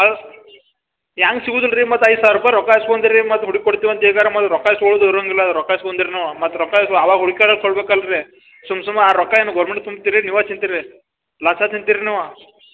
ಅಲ್ಲ ಹ್ಯಾಂಗ್ ಸಿಗುದಿಲ್ಲ ರೀ ಮತ್ತು ಐದು ಸಾವಿರ ರೂಪಾಯಿ ರೊಕ್ಕ ಇಸ್ಕೊಂತಿರಿ ಮತ್ತು ಹುಡುಕ್ಕೊಡ್ತೀವಿ ಅಂತ ಈಗಾರ ಮೊದ್ಲು ರೊಕ್ಕ ಇಸ್ಕೊಳುದು ಇರೋಂಗಿಲ್ಲ ಅದ ರೊಕ್ಕ ಇಸ್ಕುಂದಿರ್ನು ಮತ್ತು ರೊಕ್ಕ ಇದು ಆವಾಗ ಹುಡ್ಕಾದ್ರು ಕೊಳ್ಬೇಕು ಅಲ್ರಿ ಸುಮ್ ಸುಮ್ನ ಆ ರೊಕ್ಕ ಏನು ಗೌರ್ಮೆಂಟ್ ತುಂಬ್ತಿರಿ ನೀವಾ ತಿಂತಿರಿ ನಾಷ್ಟ ತಿಂತಿರ ನೀವು